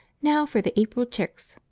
now for the april chicks,